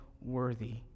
worthy